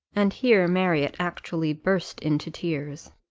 and here marriott actually burst into tears.